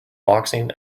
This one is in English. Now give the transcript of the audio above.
boxing